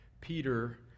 Peter